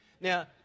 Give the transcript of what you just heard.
Now